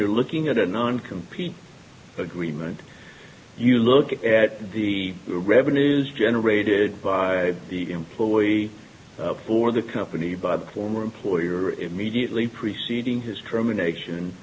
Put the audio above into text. you're looking at a non compete agreement you look at the revenues generated by the employee for the company by the former employer immediately preceding his termination